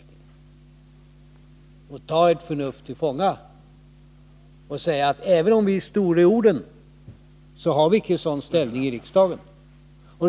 Vill ni ta ert förnuft till fånga och säga att även om vi är stora i orden, så har vi icke en sådan ställning i riksdagen att vi själva kan genomföra en momssänkning?